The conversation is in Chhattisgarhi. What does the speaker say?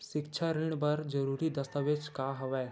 सिक्छा ऋण बर जरूरी दस्तावेज का हवय?